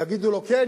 יגידו לו: כן,